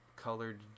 colored